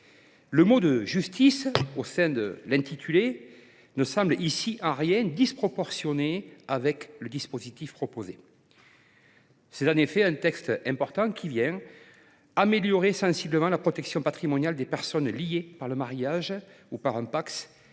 Le mot de « justice » au sein de son intitulé n’est en rien disproportionné avec le dispositif proposé. C’est en effet un texte important, qui vise à améliorer sensiblement la protection patrimoniale des personnes liées par le mariage ou par un pacte